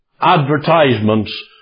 advertisements